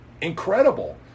incredible